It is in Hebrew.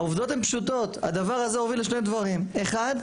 העובדות הן פשוטות: הדבר הזה הוביל לשני דברים: אחד,